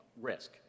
risk